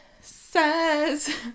says